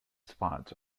spots